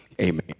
Amen